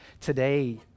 today